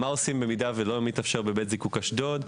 מה עושים אם לא מתאפשר בבית זיקוק אשדוד?